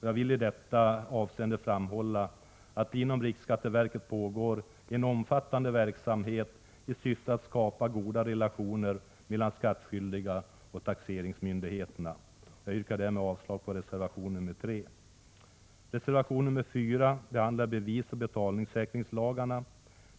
Jag vill i detta avseende framhålla, att det inom riksskatteverket pågår en omfattande verksamhet i syfte att skapa goda relationer mellan skattskyldiga och taxeringsmyndigheterna. Jag yrkar avslag även på reservation nr 3. Reservation nr 4 behandlar bevisoch betalningssäkringslagarna.